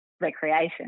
recreation